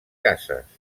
cases